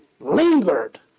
lingered